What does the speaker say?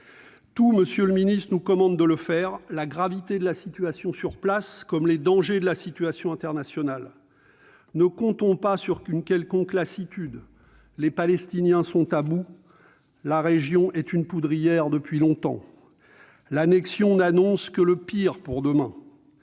nos valeurs d'agir. Tout nous commande de le faire, de la gravité de la situation sur place aux dangers de la situation internationale. Ne comptons pas sur une quelconque lassitude : les Palestiniens sont à bout et la région est une poudrière depuis longtemps, l'annexion n'annonce donc que le pire pour demain.